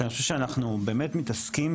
כי אני חושב שאנחנו באמת מתעסקים